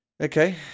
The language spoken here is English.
Okay